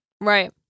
Right